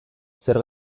zer